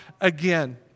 again